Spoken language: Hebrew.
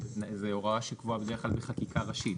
זו הוראה שקבועה בדרך כלל בחקיקה ראשית,